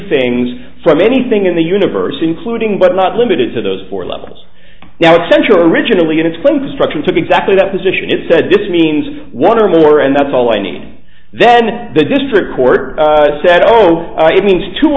things from anything in the universe including but not limited to those four levels now it's central regionally in its current structure took exactly that position it said this means one or more and that's all i need then the district court said oh it means two